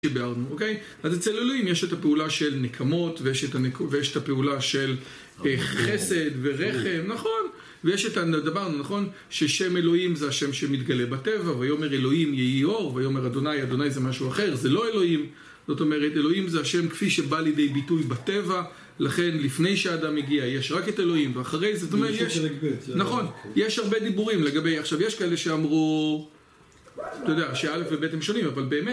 אז אצל אלוהים יש את הפעולה של נקמות ויש את הפעולה של חסד ורחם נכון? ויש את הדבר הנכון, ששם אלוהים זה השם שמתגלה בטבע והוא אומר אלוהים יהי אור והיא אומר ה', ה' זה משהו אחר זה לא אלוהים. זאת אומרת אלוהים זה השם כפי שבא לידי ביטוי בטבע לכן לפני שאדם הגיע יש רק את אלוהים ואחרי זה זאת אומרת יש, נכון, הרבה דיבורים לגבי.. עכשיו יש כאלה שאמרו, אתה יודע, שאלף ובית הם שונים אבל באמת